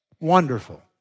Wonderful